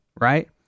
right